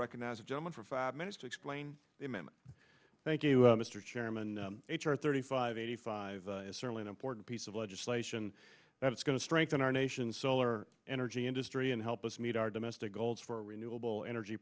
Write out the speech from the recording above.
recognize a gentleman for five minutes to explain the amendment thank you mr chairman h r thirty five eighty five is certainly an important piece of legislation that's going to strengthen our nation's solar energy industry and help us meet our domestic goals for renewable energy